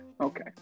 Okay